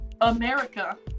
America